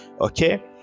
okay